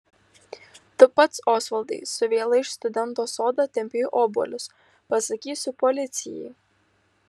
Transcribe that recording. tu pats osvaldai su viela iš studento sodo tempei obuolius pasakysiu policijai